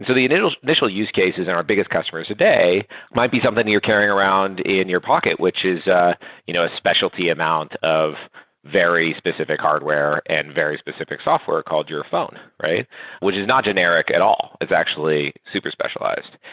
and the initial initial use cases on our biggest customers today might be something you're carrying around in your pocket, which is a you know specialty amount of very specific hardware and very specific software called your phone, which is not generic at all. it's actually super specialized.